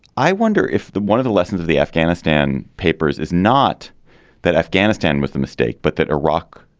i wonder if the one of the lessons of the afghanistan papers is not that afghanistan was the mistake, but that iraq.